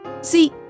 See